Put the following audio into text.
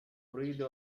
أريد